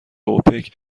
اوپک